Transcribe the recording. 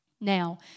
Now